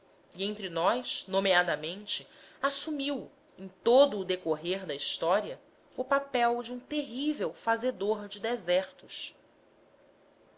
e entre nós nomeadamente assumiu em todo o decorrer da história o papel de um terrível fazedor de desertos